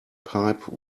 pipe